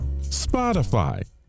Spotify